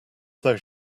though